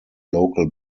local